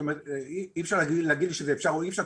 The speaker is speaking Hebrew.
זאת אומרת אי אפשר להגיד לי שזה אפשר או אי אפשר,